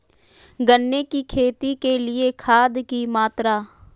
गन्ने की खेती के लिए खाद की मात्रा?